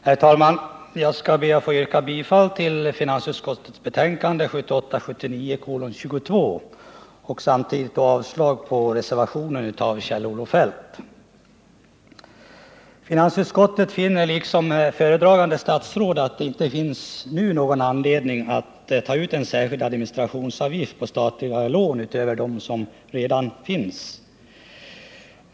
Herr talman! Jag skall be att få yrka bifall till hemställan i finansutskottets betänkande 1978/79:22 och samtidigt avslag på reservationen av Kjell-Olof Feldt m.fl. Finansutskottet finner, liksom föredragande statsrådet, att det inte nu finns någon anledning att ta ut en särskild administrationsavgift utöver de avgifter som redan finns på statliga lån.